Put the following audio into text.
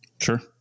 Sure